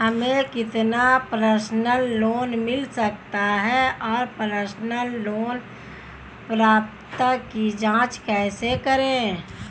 हमें कितना personal loan मिल सकता है और पर्सनल लोन पात्रता की जांच कैसे करें?